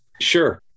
Sure